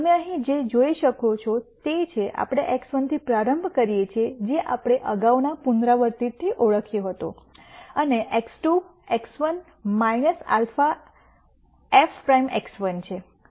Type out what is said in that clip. તમે અહીં જે જોઈ શકો છો તે છે આપણે x1 થી પ્રારંભ કરીએ છીએ જે આપણે અગાઉના પુનરાવૃત્તિથી ઓળખ્યું હતું અને x2 x1 α f prime x1છે